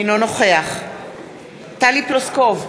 אינו נוכח טלי פלוסקוב,